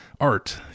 art